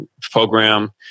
program